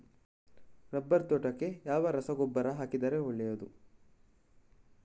Rubber ತೋಟಕ್ಕೆ ಯಾವ ರಸಗೊಬ್ಬರ ಹಾಕಿದರೆ ಒಳ್ಳೆಯದು?